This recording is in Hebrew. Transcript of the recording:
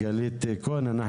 איך